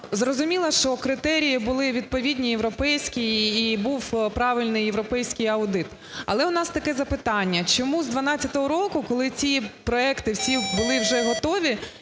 Зрозуміло, що критерії були відповідні європейські і був правильний європейський аудит. Але у нас таке запитання. Чому з 12-го року, коли ці проекти всі були вже готові,